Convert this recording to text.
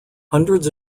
hundreds